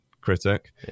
critic